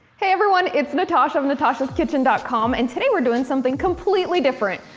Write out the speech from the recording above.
hey everyone, it's natasha from natashaskitchen dot com and today we're doin' something completely different.